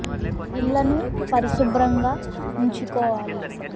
ఇళ్ళను పరిశుభ్రంగా ఉంచుకోవాలి